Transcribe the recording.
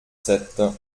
sept